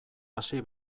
hasi